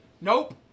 Nope